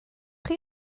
chi